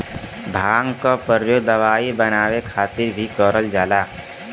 भांग क परयोग दवाई बनाये खातिर भीं करल जाला